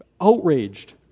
outraged